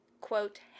quote